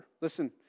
Listen